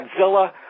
Godzilla